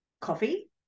coffee